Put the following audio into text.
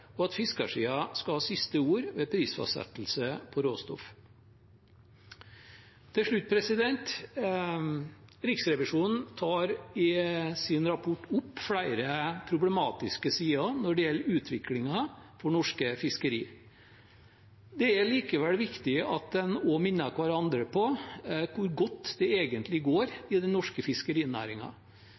og at fiskersiden skal ha siste ord ved prisfastsettelse på råstoff. Til slutt: Riksrevisjonen tar i sin rapport opp flere problematiske sider når det gjelder utviklingen for norske fiskeri. Det er likevel viktig at en også minner hverandre på hvor godt det egentlig går i den norske